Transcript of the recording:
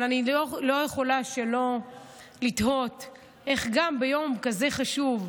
אבל אני לא יכולה שלא לתהות איך גם ביום כזה חשוב,